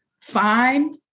fine